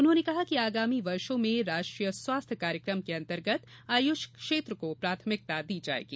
उन्होंने कहा कि आगामी वर्षों में राष्ट्रीय स्वास्थ्य कार्यक्रम के अंतर्गत आयुष क्षेत्र को प्राथमिकता दी जाएगी